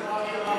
מרגי אמר את הכול.